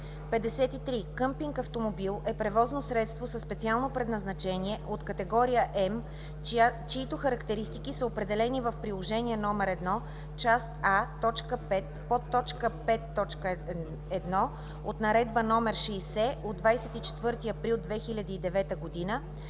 „53. „Къмпинг автомобил“ е превозно средство със специално предназначение от категория М, чиито характеристики са определени в Приложение 1, част А, т. 5, подточка 5.1 от Наредба № 60 от 24 април 2009 г. за